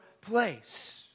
place